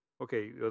Okay